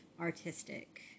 artistic